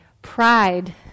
Pride